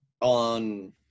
on